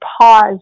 pause